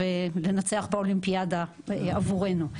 ולנצח באולימפיאדה עבורנו,